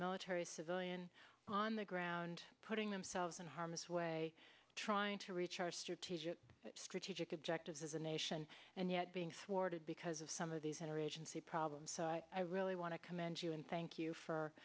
military civilian on the ground putting themselves in harm's way trying to reach our strategic strategic objectives as a nation and yet being supported because of some of these inner agency problem so i really want to commend you and thank you for